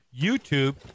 YouTube